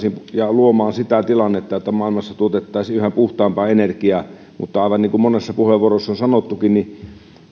luomaan sitä tilannetta että maailmassa tuotettaisiin yhä puhtaampaa energiaa mutta aivan niin kuin monessa puheenvuorossa on sanottukin